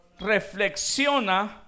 reflexiona